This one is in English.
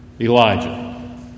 Elijah